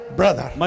brother